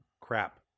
Crap